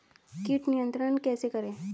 कीट नियंत्रण कैसे करें?